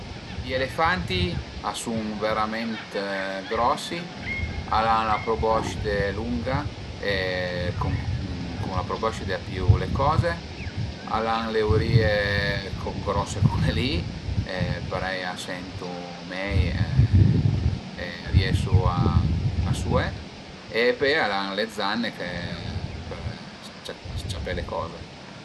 I elefanti a sun verament grosi, al an la proboscide lunga e cun cun la proboscide a pìu le coze, al an le urìe co grose cule li, parei a sentu mei e riesu a sué e pöi al an le zanne për s-ciapé le coze